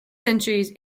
centuries